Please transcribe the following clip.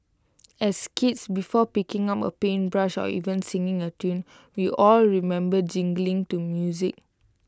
as kids before picking up A paintbrush or even singing A tune we all remember jiggling to music